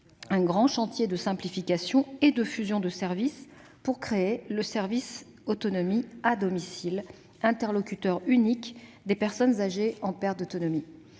d'un grand chantier de simplification et de fusion de services visant à créer le « service autonomie à domicile », interlocuteur unique des personnes âgées en perte d'autonomie.